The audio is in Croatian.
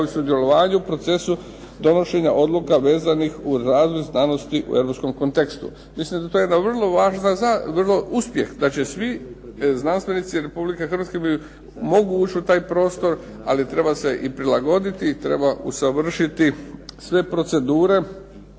i sudjelovanje u procesu donošenju odluka vezanih u razvoj znanosti u europskom kontekstu. Mislim da je to vrlo važan uspjeh. Da će svi znanstvenici Republike Hrvatske mogu ući u taj prostor, ali treba se prilagoditi i treba usavršiti sve procedure.